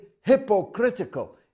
hypocritical